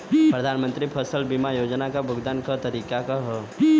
प्रधानमंत्री फसल बीमा योजना क भुगतान क तरीकाका ह?